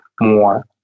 more